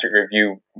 review